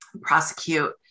prosecute